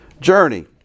journey